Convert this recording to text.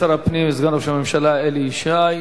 תודה לשר הפנים וסגן ראש הממשלה אלי ישי.